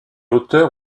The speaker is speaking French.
auteur